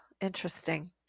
interesting